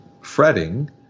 fretting